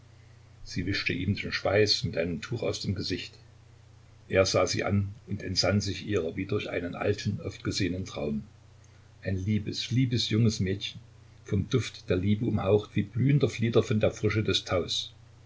sie wischte ihm den schweiß mit einem tuch aus dem gesicht er sah sie an und entsann sich ihrer wie durch einen alten oft gesehenen traum ein liebes liebes junges mädchen vom duft der liebe umhaucht wie blühender flieder von der frische des